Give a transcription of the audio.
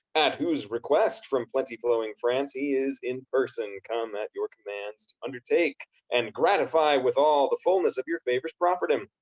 at whose request from plenty flowing france he is in person come at your commands to undertake and gratify withal the fullness of your favors proffered him.